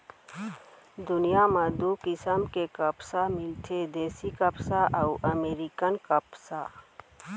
दुनियां म दू किसम के कपसा मिलथे देसी कपसा अउ अमेरिकन कपसा